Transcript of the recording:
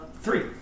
three